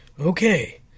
Okay